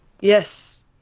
Yes